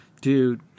Dude